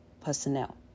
personnel